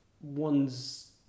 one's